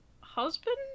husband